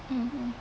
mmhmm